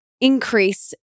increase